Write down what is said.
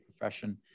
profession